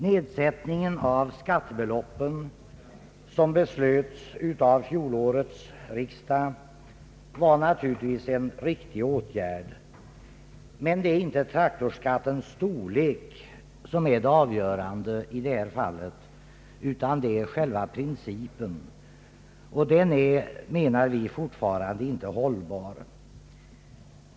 Nedsättningen av skattebeloppen, som beslöts av fjolårets riksdag, var naturligtvis en riktig åtgärd. Men det är inte traktorskattens storlek som är det avgörande i detta fall, utan själva principen. Den är, menar vi, fortfarande inte hållbar.